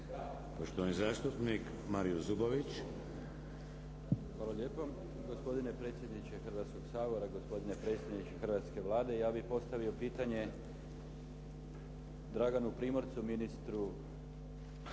Zubović. **Zubović, Mario (HDZ)** Hvala lijepo. Gospodine predsjedniče Hrvatskog sabora, gospodine predsjedniče hrvatske Vlade. Ja bih postavio pitanje Draganu Primorcu, ministru.